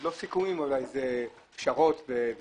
לא סיכומים אלא אולי זה פשרות והבנות.